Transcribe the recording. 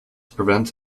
prevents